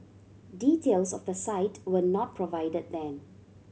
details of the site were not provided then